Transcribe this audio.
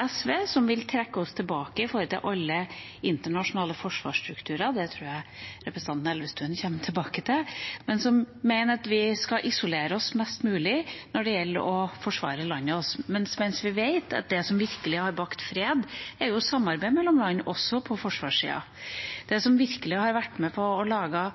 SV vil trekke oss tilbake fra alle internasjonale forsvarsstrukturer – det tror jeg representanten Elvestuen kommer tilbake til – og mener at vi skal isolere oss mest mulig når det gjelder å forsvare landet vårt, mens vi vet at det som virkelig har bakt fred, er samarbeid mellom land også på forsvarssida. Det som virkelig har vært med på å lage